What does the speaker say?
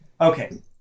Okay